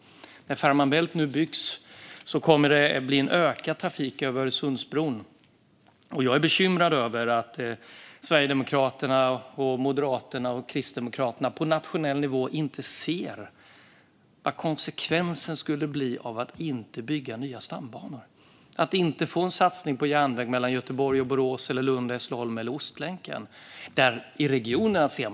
När Fehmarn bält-förbindelsen nu byggs kommer det att bli en ökad trafik över Öresundsbron. Jag är bekymrad över att Sverigedemokraterna, Moderaterna och Kristdemokraterna på nationell nivå inte ser vad konsekvensen skulle bli av att inte bygga nya stambanor och göra satsningar på järnväg mellan Göteborg och Borås och mellan Lund och Hässleholm samt på Ostlänken. I regionerna ser man den otroliga vikten av att göra detta.